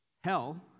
Hell